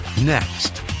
Next